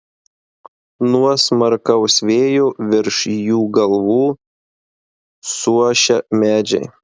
nuo smarkaus vėjo virš jų galvų suošia medžiai